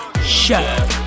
Show